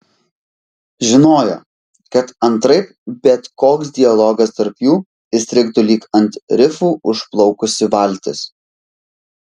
žinojo kad antraip bet koks dialogas tarp jų įstrigtų lyg ant rifų užplaukusi valtis